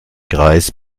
kreis